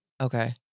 Okay